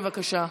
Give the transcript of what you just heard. בבקשה.